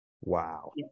Wow